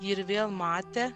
ji ir vėl matė